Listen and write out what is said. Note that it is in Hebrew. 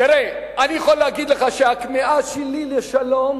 אני יכול להגיד לך שהכמיהה שלי לשלום,